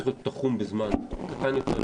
צריך להיות תחום לזמן קצר יותר,